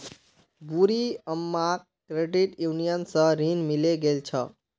बूढ़ी अम्माक credit union स ऋण मिले गेल छ